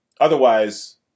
Otherwise